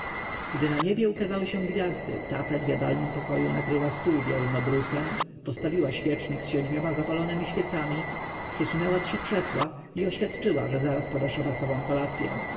gdy na niebie ukazały się gwiazdy tafet w jadalnym pokoju nakryła stół białym obrusem postawiła świecznik z siedmiu zapalonemi świecami przysunęła trzy krzesła i oświadczyła że zaraz poda szabasową kolację